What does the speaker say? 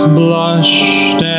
blushed